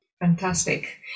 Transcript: Fantastic